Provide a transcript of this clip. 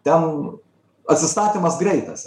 ten atsisakymas greitas